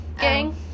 gang